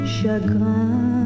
Chagrin